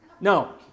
No